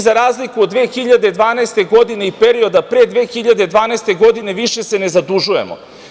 Za razliku od 2012. godine i perioda pre 2012. godine, mi se više ne zadužujemo.